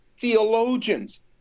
theologians